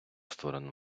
створено